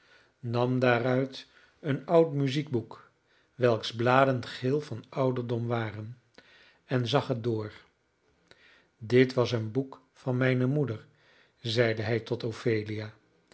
nam daaruit een oud muziekboek welks bladen geel van ouderdom waren en zag het door dit was een boek van mijne moeder zeide hij tot